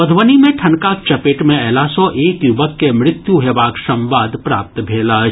मधुबनी मे ठनकाक चपेट अयला सँ एक युवक के मृत्यु हेबाक संवाद प्राप्त भेल अछि